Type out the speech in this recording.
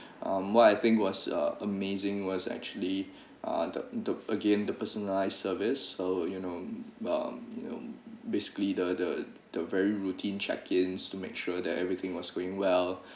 um what I think was uh amazing was actually uh the the again the personalised service so you know um you know basically the the the very routine checking to make sure that everything was going well